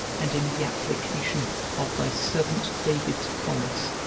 and in the application of thy servant david's promise,